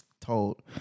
told